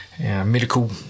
medical